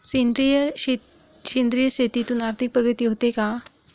सेंद्रिय शेतीतून आर्थिक प्रगती होते का?